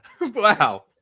Wow